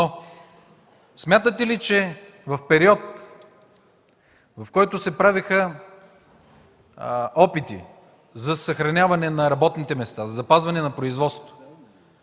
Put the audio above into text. Смятате ли, че в период, в който се правеха опити за съхраняване на работните места, за запазване на производството,